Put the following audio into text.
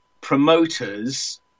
promoters